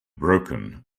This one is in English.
broken